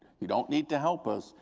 you don't need to help us,